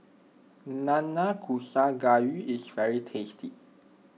Nanakusa Gayu is very tasty